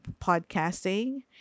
podcasting